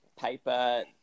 paper